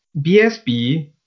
BSB